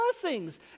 blessings